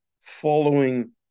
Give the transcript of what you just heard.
following